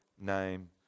name